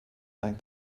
like